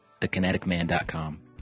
thekineticman.com